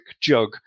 jug